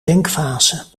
denkfase